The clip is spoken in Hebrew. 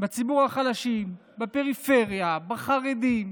בציבור החלשים, בפריפריה, בחרדים.